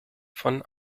von